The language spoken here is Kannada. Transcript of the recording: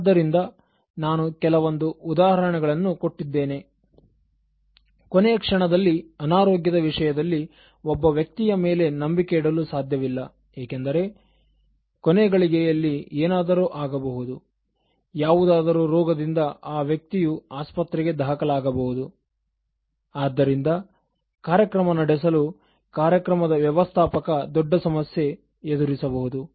ಆದ್ದರಿಂದ ನಾನು ಕೆಲವೊಂದು ಉದಾಹರಣೆಗಳನ್ನು ಕೊಟ್ಟಿದ್ದೇನೆ ಕೊನೆಯ ಕ್ಷಣದಲ್ಲಿ ಅನಾರೋಗ್ಯದ ವಿಷಯದಲ್ಲಿ ಒಬ್ಬ ವ್ಯಕ್ತಿಯ ಮೇಲೆ ನಂಬಿಕೆ ಇಡಲು ಸಾಧ್ಯವಿಲ್ಲ ಏಕೆಂದರೆ ಕೊನೆಗಳಿಗೆಯಲ್ಲಿ ಏನಾದರೂ ಆಗಬಹುದು ಯಾವುದಾದರೂ ರೋಗದಿಂದ ಆ ವ್ಯಕ್ತಿಯು ಆಸ್ಪತ್ರೆಗೆ ದಾಖಲಾಗಬಹುದು ಆದ್ದರಿಂದ ಕಾರ್ಯಕ್ರಮ ನಡೆಸಲು ಕಾರ್ಯಕ್ರಮ ವ್ಯವಸ್ಥಾಪಕ ದೊಡ್ಡ ಸಮಸ್ಯೆ ಎದುರಿಸಬಹುದು